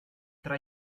tra